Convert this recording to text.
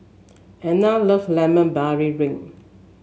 Anne love Lemon Barley wink